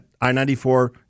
I-94